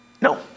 No